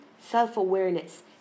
self-awareness